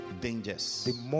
dangers